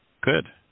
Good